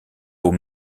aux